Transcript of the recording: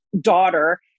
daughter